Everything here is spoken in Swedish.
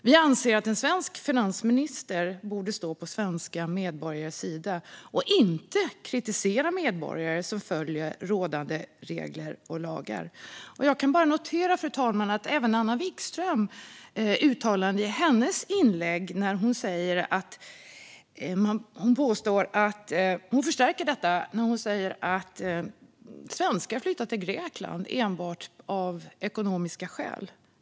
Vi anser att en svensk finansminister bör stå på svenska medborgares sida och inte kritisera de medborgare som följer rådande lagar och regler. Jag noterade, fru talman, att även Anna Vikström i sitt inlägg förstärkte detta när hon sa att svenskar flyttar till Grekland enbart av ekonomiska skäl.